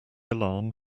alarm